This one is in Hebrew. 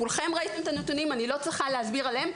כולכם ראיתם את הנתונים אני לא צריכה להסביר עליהם,